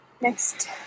next